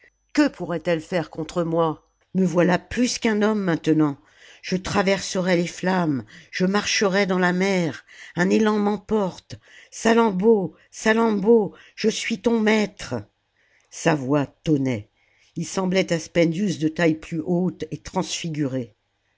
que pourrait-elle faire contre moi me voilà plus qu'un homme maintenant je traverserais les flammes je marcherais dans la mer un élan m'emporte salammbô salammbô je suis ton maître sa voix tonnait il semblait à spendius de taille plus haute et transfiguré